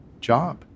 job